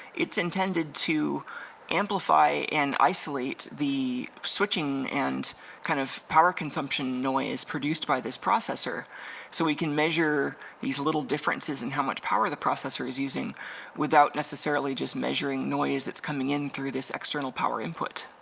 its intended to amplify and isolate the switching and kind of power consumption noise produced by this processor so we can measure these little differences and how much power the processor is using without necessarily just measuring noise that's coming in through this external power input.